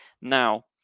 now